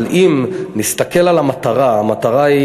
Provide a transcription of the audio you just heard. אבל אם נסתכל על המטרה, המטרה היא